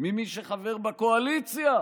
ממי שחבר בקואליציה,